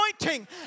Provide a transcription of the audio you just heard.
anointing